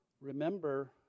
remember